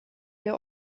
der